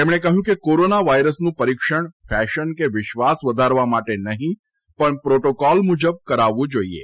તેમણે કહ્યું કે કોરોના વાયરસનું પરીક્ષણ ફેશન કે વિશ્વાસ વધારવા માટે નહીં પણ પ્રોટોકોલ મુજબ કરાવવું જોઇએ